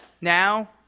now